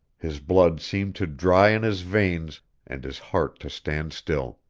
his blood seemed to dry in his veins and his heart to stand still.